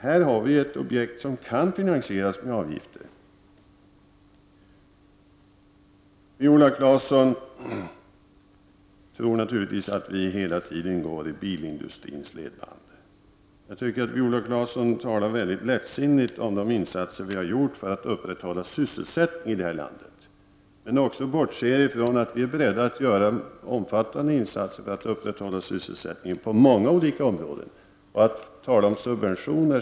Här har vi ett objekt som kan finansieras genom avgifter! Viola Claesson tror naturligtvis att vi hela tiden går i bilindustrins ledband. Jag tycker att Viola Claesson talar väldigt lättsinnigt om de insatser som vi har gjort för att upprätthålla sysselsättningen i det här landet och att hon även bortser från att vi är beredda att göra omfattande insatser för att upprätthålla sysselsättningen på många olika områden. Hon talar om subventioner!